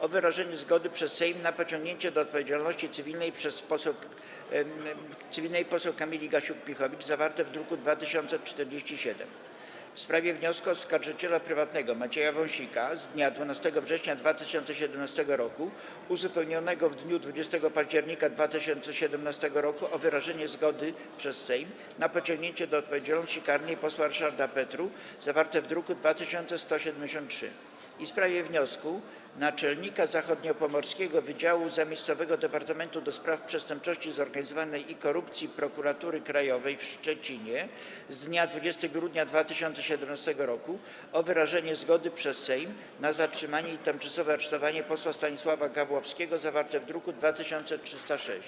o wyrażenie zgody przez Sejm na pociągnięcie do odpowiedzialności cywilnej poseł Kamili Gasiuk-Pihowicz, zawarte w druku nr 2047, - w sprawie wniosku oskarżyciela prywatnego Macieja Wąsika z dnia 12 września 2017 r. uzupełnionego w dniu 20 października 2017 r. o wyrażenie zgody przez Sejm na pociągnięcie do odpowiedzialności karnej posła Ryszarda Petru, zawarte w druku nr 2173, - w sprawie wniosku naczelnika Zachodniopomorskiego Wydziału Zamiejscowego Departamentu do Spraw Przestępczości Zorganizowanej i Korupcji Prokuratury Krajowej w Szczecinie z dnia 20 grudnia 2017 r. o wyrażenie zgody przez Sejm na zatrzymanie i tymczasowe aresztowanie posła Stanisława Gawłowskiego, zawarte w druku nr 2306.